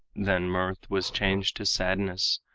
then mirth was changed to sadness,